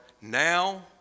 now